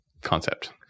concept